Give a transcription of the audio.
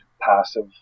passive